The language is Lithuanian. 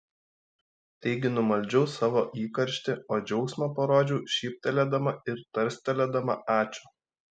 taigi numaldžiau savo įkarštį o džiaugsmą parodžiau šyptelėdama ir tarstelėdama ačiū